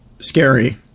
scary